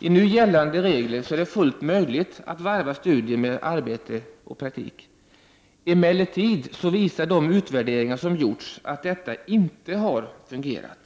Enligt nu gällande regler är det fullt möjligt att varva studier med arbete/praktik. Emellertid visar de utvärderingar som gjorts att detta inte har fungerat.